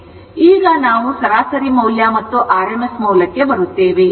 ಈಗ ನಾವು ಸರಾಸರಿ ಮೌಲ್ಯ ಮತ್ತು rms ಮೌಲ್ಯಕ್ಕೆ ಬರುತ್ತೇವೆ